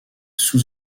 sous